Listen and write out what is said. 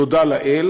תודה לאל,